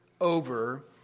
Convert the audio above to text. over